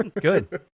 Good